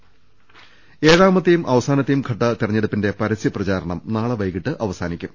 ദർവ്വട്ടങ ഏഴാമത്തെയും അവസാനത്തെയും ഘട്ട തെരഞ്ഞെടുപ്പിന്റെ പരസ്യ പ്രചാരണം നാളെ വൈകീട്ട് അവസാനിക്കും